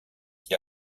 qui